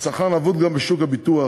הצרכן אבוד גם בשוק הביטוח.